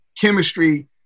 chemistry